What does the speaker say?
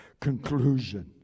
conclusion